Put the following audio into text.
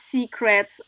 secrets